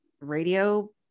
radio